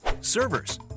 servers